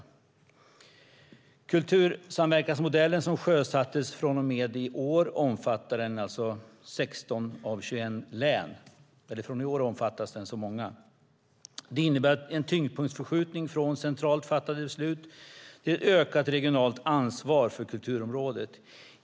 Den kultursamverkansmodell som sjösatts omfattar från och med i år 16 av 21 län. Det innebär en tyngdpunktsförskjutning från centralt fattade beslut till ett ökat regionalt ansvar för kulturområdet.